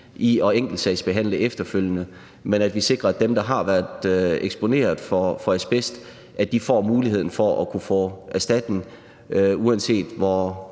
i at enkeltsagsbehandle efterfølgende, men at vi sikrer, at dem, der har været eksponeret for asbest, får muligheden for at kunne få erstatning, uanset hvor